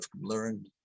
learned